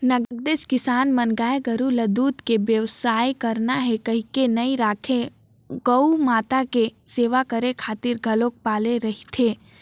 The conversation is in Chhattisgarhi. नगदेच किसान मन गाय गोरु ल दूद के बेवसाय करना हे कहिके नइ राखे गउ माता के सेवा करे खातिर घलोक पाले रहिथे